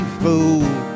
fool